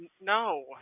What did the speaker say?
No